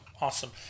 awesome